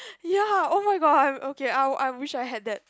ya oh-my-god I'm okay I'll I wish I had that